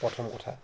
প্ৰথম কথা